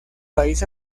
país